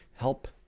help